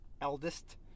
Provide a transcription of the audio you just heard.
eldest